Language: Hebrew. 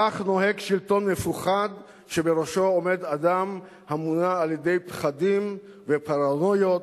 כך נוהג שלטון מפוחד שבראשו עומד אדם המונע על-ידי פחדים ופרנויות